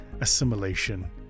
assimilation